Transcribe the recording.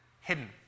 hidden